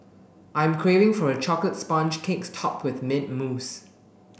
I am craving for a chocolate sponge cake topped with mint mousse